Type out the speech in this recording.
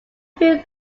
few